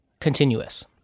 continuous